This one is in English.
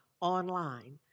online